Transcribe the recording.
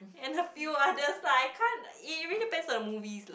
and a few others lah I can't it really depends on the movies